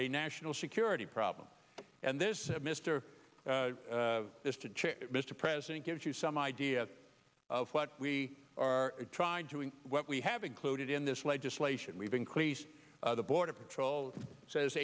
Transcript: a national security problem and this mister this to check mr president gives you some idea of what we are doing what we have included in this legislation we've increased the border patrol says